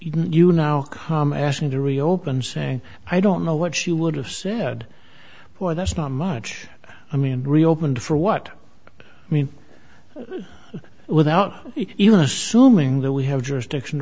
d you now come asking to reopen saying i don't know what she would have said or that's not much i mean reopened for what i mean without us knowing that we have jurisdiction